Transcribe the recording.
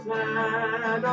man